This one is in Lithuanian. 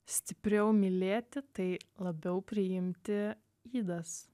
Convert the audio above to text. stipriau mylėti tai labiau priimti ydas